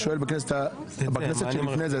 בכנסת שלפני זה,